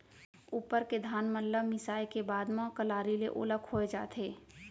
उप्पर के धान मन ल मिसाय के बाद म कलारी ले ओला खोय जाथे